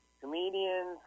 comedians